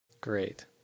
Great